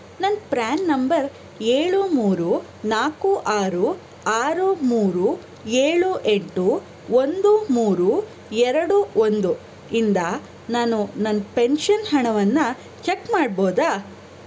ನನ್ನ PRAN number ಏಳು ಮೂರು ನಾಲ್ಕು ಆರು ಆರು ಮೂರು ಏಳು ಎಂಟು ಒಂದು ಮೂರು ಎರಡು ಒಂದು ಇಂದ ನಾನು ನನ್ನ ಪೆನ್ಷನ್ ಹಣವನ್ನು ಚೆಕ್ ಮಾಡ್ಬೋದಾ